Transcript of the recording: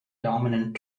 dominant